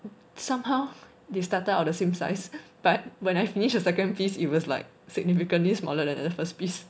somehow they started out the same size but when I finished second piece it was like significantly smaller than the first piece